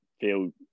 feel